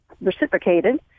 reciprocated